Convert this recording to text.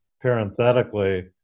parenthetically